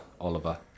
Oliver